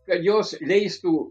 kad jos leistų